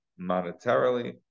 monetarily